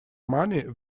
money